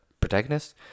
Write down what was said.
protagonist